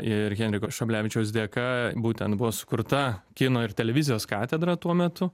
ir henriko šablevičiaus dėka būtent buvo sukurta kino ir televizijos katedra tuo metu